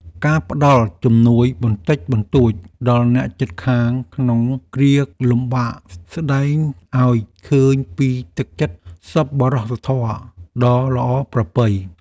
ការផ្ដល់ជំនួយបន្តិចបន្តួចដល់អ្នកជិតខាងក្នុងគ្រាលំបាកស្តែងឱ្យឃើញពីទឹកចិត្តសប្បុរសធម៌ដ៏ល្អប្រពៃ។